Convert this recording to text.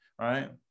right